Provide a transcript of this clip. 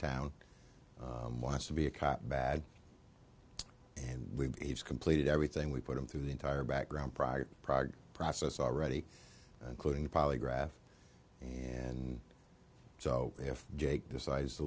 town wants to be a cop bad and he's completed everything we put him through the entire background prior prog process already including the polygraph and so if jake decides to